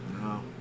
No